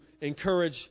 encourage